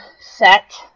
set